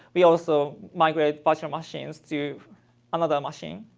we also migrate but machines to another machine.